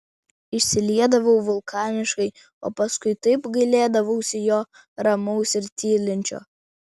išsiliedavau vulkaniškai o paskui taip gailėdavausi jo ramaus ir tylinčio